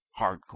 Hardcore